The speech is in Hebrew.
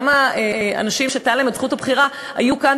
כמה אנשים שהייתה להם זכות בחירה היו כאן,